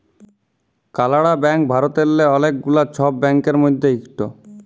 কালাড়া ব্যাংক ভারতেল্লে অলেক গুলা ছব ব্যাংকের মধ্যে ইকট